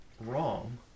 wrong